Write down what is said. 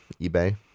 eBay